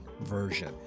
version